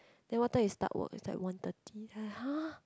then what time you start work is like one thirty like !huh!